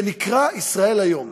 שנקרא "ישראל היום"